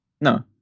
no